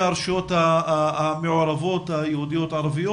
הרשויות המעורבות היהודיות-ערביות,